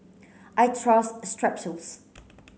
I trust Strepsils